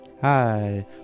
Hi